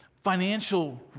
financial